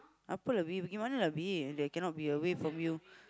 apa they cannot be away from you